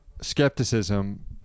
skepticism